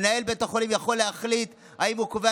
מנהל בית החולים יכול להחליט אם הוא קובע